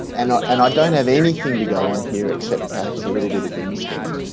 and and i don't have anything to go on here except perhaps a little bit of instinct,